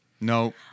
no